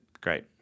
great